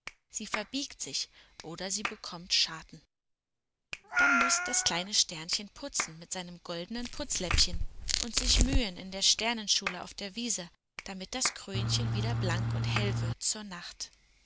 sie verbiegt sich oder sie bekommt scharten dann muß das kleine sternchen putzen mit seinem goldenen putzläppchen und sich mühen in der sternenschule auf der wiese damit das krönchen wieder blank und hell wird zur nacht